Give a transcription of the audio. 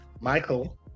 Michael